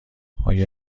آیا